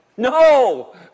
No